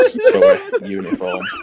uniform